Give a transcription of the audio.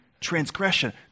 transgression